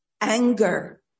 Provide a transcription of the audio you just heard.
anger